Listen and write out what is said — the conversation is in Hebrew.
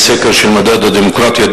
לסדר-היום בעניין סקר של מדד הדמוקרטיה,